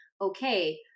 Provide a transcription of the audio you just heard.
okay